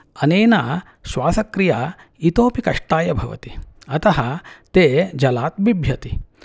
अनेन श्वासक्रिया इतोऽपि कष्टाय भवति अतः ते जलात् बिभ्यति